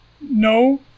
no